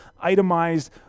itemized